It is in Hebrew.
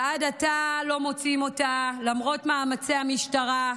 ועד עתה לא מוצאים אותה, למרות מאמצי המשטרה,